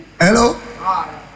Hello